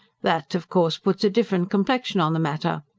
that, of course, puts a different complexion on the matter.